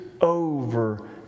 over